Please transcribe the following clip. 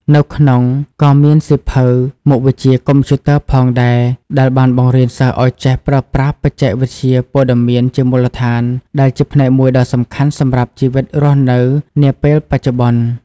នៅក្នុងក៏មានសៀវភៅមុខវិជ្ជាកុំព្យូទ័រផងដែរ ដែលបានបង្រៀនសិស្សឱ្យចេះប្រើប្រាស់បច្ចេកវិទ្យាព័ត៌មានជាមូលដ្ឋាន ដែលជាផ្នែកមួយដ៏សំខាន់សម្រាប់ជីវិតរស់នៅនាពេលបច្ចុប្បន្ន។